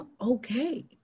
okay